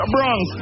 Bronx